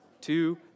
two